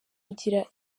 igira